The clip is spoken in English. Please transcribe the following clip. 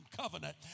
covenant